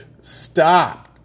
Stop